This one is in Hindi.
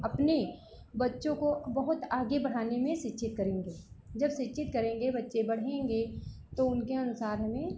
अपने बच्चों को बहुत आगे बढ़ाने में शिक्षित करेंगे जब शिक्षित करेंगे बच्चे बढ़ेंगे तो उनके अनुसार हमें